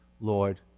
Lord